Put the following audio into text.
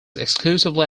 exclusively